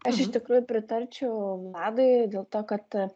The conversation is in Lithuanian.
aš iš tikrųjų pritarčiau vladui dėl to kad